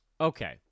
Okay